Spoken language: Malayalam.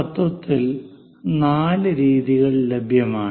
തത്വത്തിൽ നാല് രീതികൾ ലഭ്യമാണ്